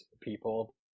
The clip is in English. people